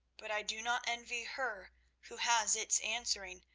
but i do not envy her who has its answering,